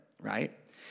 Right